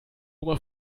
oma